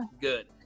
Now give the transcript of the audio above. good